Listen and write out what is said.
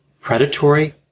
predatory